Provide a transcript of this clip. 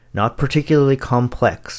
not-particularly-complex